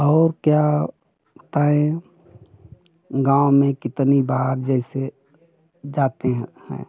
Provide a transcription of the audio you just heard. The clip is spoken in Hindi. और क्या बताएँ गाँव में कितनी बार जैसे जाते हैं हैं